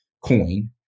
coin